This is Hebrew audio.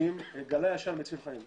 גלאי עשן מציל חיים.